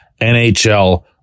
NHL